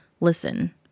listen